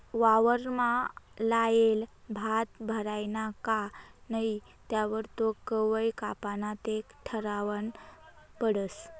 वावरमा लायेल भात भरायना का नही त्यावर तो कवय कापाना ते ठरावनं पडस